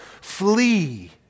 flee